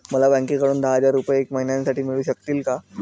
मला बँकेकडून दहा हजार रुपये एक महिन्यांसाठी मिळू शकतील का?